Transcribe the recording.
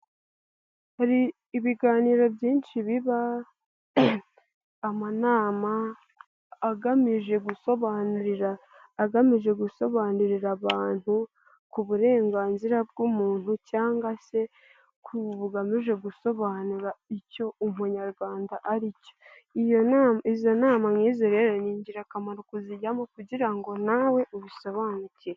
Hari ibiganiro byinshi biba, amanama agamije gusobanurira agamije gusobanurira abantu ku burenganzira bw' umuntu cyangwa se ku bugamije gusobanura icyo Umunyarwanda ari cyo iyo nama izo nama nk'izo rero ni ingirakamaro kuzijyamo kugira ngo nawe ubisobanukirwe.